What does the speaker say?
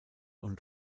und